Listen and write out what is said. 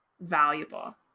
valuable